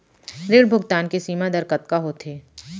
ऋण भुगतान के सीमा दर कतका होथे?